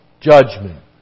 judgment